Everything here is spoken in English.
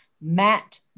Matt